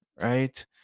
right